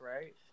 right